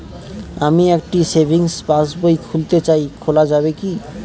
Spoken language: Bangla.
আমি একটি সেভিংস পাসবই খুলতে চাই খোলা যাবে কি?